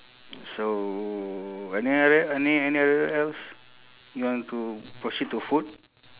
so any other any any other else you want to proceed to food